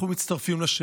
אנחנו מצטרפים לשאלה.